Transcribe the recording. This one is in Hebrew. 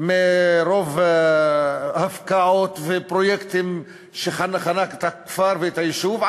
מרוב הפקעות ופרויקטים שחנקו את הכפר ואת היישוב,